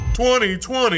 2020